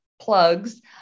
plugs